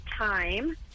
time